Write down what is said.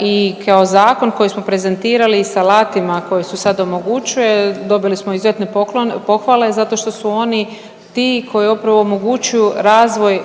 i kao zakon koji smo prezentirali s alatima koji se sad omogućuje dobili smo izuzetni poklon, pohvale zato što su oni ti koji upravo omogućuju razvoj